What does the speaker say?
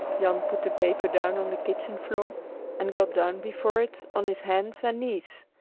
jan put the paper down on the kitchen floor and got down before it on his hands and knees.